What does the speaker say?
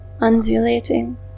undulating